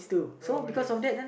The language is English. oh ya